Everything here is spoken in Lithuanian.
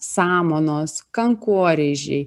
samanos kankorėžiai